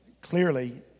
clearly